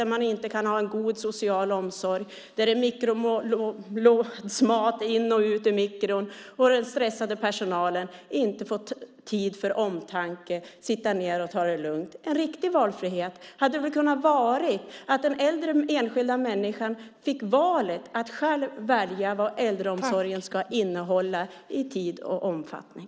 Man kan inte ge en god social omsorg, mikrolådsmat åker in och ut ur mikron och den stressade personalen får inte tid för omtanke och att sitta ned och ta det lugnt. En riktig valfrihet hade kunnat vara att den äldre enskilda människan själv fått välja vad äldreomsorgen skulle innehålla i tid och omfattning.